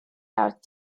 out